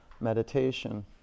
meditation